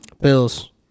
Bills